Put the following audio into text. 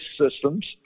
systems